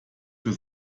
für